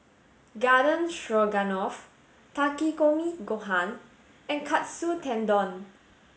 Garden Stroganoff Takikomi Gohan and Katsu Tendon